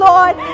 Lord